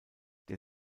der